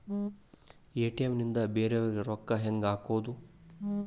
ATM ನಿಂದ ಬೇರೆಯವರಿಗೆ ರೊಕ್ಕ ಹೆಂಗ್ ಹಾಕೋದು?